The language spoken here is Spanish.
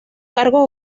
cargos